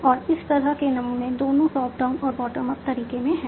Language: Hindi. और इस तरह के नमूने दोनों टॉप डाउन और बॉटम अप तरीके में हैं